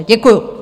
Děkuju.